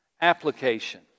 application